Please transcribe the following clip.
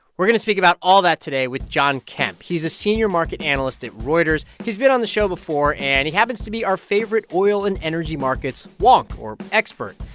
we're going to speak about all that today with john kemp. he's a senior market analyst at reuters. he's been on the show before, and he happens to be our favorite oil and energy markets wonk, or expert.